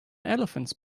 elephants